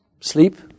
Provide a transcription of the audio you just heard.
sleep